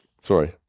Sorry